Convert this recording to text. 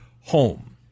home